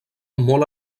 molt